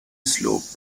sloped